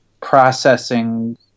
processing